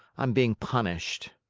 i'm being punished.